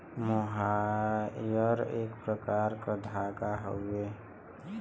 मोहायर एक प्रकार क धागा हउवे